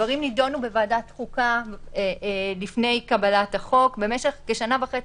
הדברים נידונו בוועדת חוקה לפני קבלת החוק במשך כשנה וחצי,